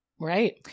Right